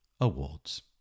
awards